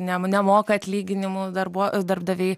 ne nemoka atlyginimų darbuo darbdaviai